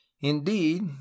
Indeed